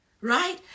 right